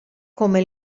come